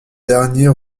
dernier